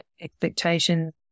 expectations